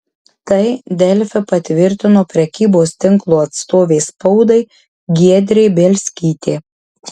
tai delfi patvirtino prekybos tinklo atstovė spaudai giedrė bielskytė